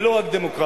ולא רק דמוקרטית.